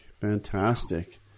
Fantastic